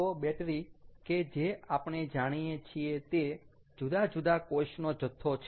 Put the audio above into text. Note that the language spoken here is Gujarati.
તો બેટરી કે જે આપણે જાણીએ છીએ તે જુદા જુદા કોષનો જથ્થો છે